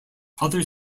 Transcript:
other